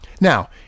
Now